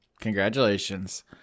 congratulations